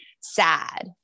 sad